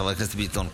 חברת הכנסת ביטון,